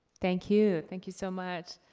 thank you. thank you so much.